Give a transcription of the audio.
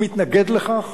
הוא מתנגד לכך,